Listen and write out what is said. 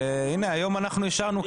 והנה היום אנחנו אישרנו.